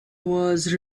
was